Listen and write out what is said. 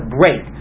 break